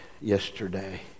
yesterday